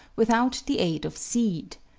without the aid of seed.